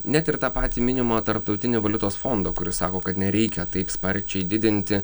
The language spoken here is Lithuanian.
net ir tą patį minimo tarptautini valiutos fondo kuris sako kad nereikia taip sparčiai didinti